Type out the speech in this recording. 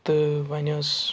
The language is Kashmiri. تہٕ وۄنۍ ٲس